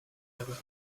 hebben